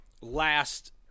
last